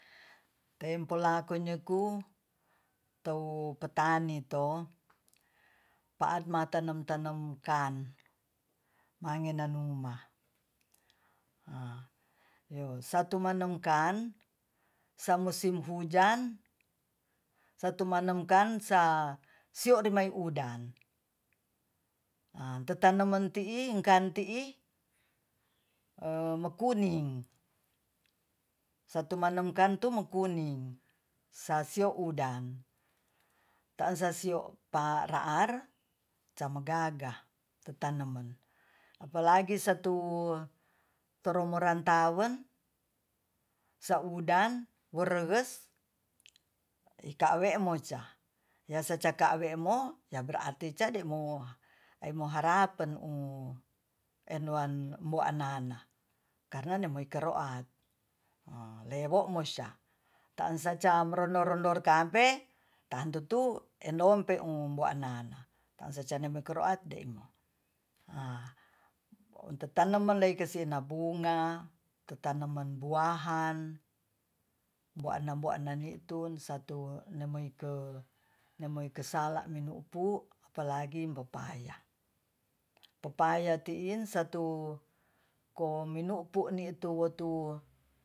Tempolako nyeku tewu petani to pa'at matanem-tanemkan mangenanuma yo satu manengkan samusim hujan satumanengkan sa sioremai udan a tetaneman ti'i engkanti'i mokuning satu manengkantu mokuning sasio udan tansasio taansasiopa ra ar camagaga tu tanemen apalagi satu teremorantawen saudan woreges ika'we moca yasecaka awemo ya berarti ca de'mo- harapen enuan mbo anana karna nemoikaro'a lewo mosi'a taan sacam ronor-ronor kampe tantu tu edompe'u mbo anana taansacanemkoroade'imo untuk tanemen kisana bunga tu tanamen buahan buana-bua'na ni'tun satu leimoike-leimoike sala' mimu'pu apalagi popaya popaya ti'in satu kominimu'pu wotu